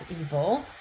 evil